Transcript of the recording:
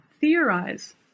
theorize